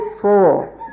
four